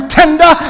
tender